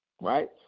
right